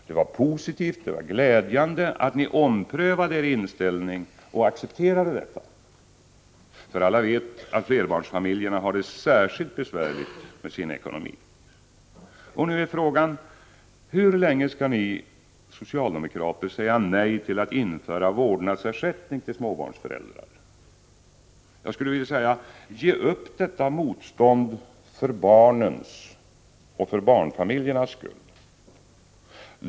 Det var positivt och glädjande att ni omprövade er inställning och accepterade detta, eftersom alla vet att flerbarnsfamiljerna har det särskilt besvärligt med sin ekonomi. Nu är frågan: Hur länge skall ni socialdemokrater säga nej till att införa vårdnadsersättning till småbarnsföräldrar? Jag skulle vilja säga: Ge upp detta motstånd för barnens och barnfamiljernas skull.